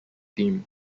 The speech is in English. team